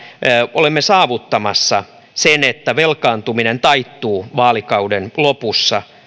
olemme saavuttamassa sen että velkaantuminen taittuu vaalikauden lopussa